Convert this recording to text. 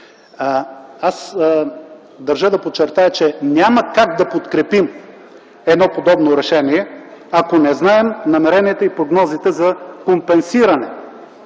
Държа да подчертая, че няма как да подкрепим едно подобно решение, ако не знаем намеренията и прогнозите за компенсиране